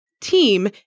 team